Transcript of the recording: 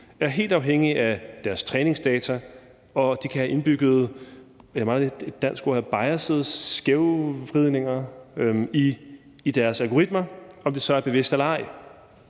er helt afhængige af deres træningsdata, og de kan have indbyggede bias – jeg mangler et dansk ord her, skævvridninger – i deres algoritmer, om det så er bevidst eller ej.